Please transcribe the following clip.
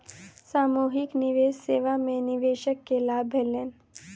सामूहिक निवेश सेवा में निवेशक के लाभ भेलैन